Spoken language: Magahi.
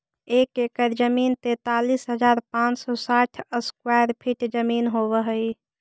एक एकड़ जमीन तैंतालीस हजार पांच सौ साठ स्क्वायर फीट जमीन होव हई